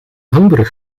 hangbrug